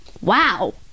Wow